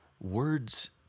words